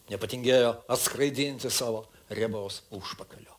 nepatingėjo atskraidinti savo riebaus užpakalio